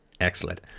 Excellent